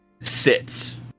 sits